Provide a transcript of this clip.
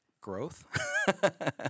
Growth